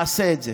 נעשה את זה.